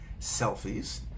selfies